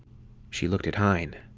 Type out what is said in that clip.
she looked at hein.